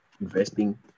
investing